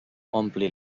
ompli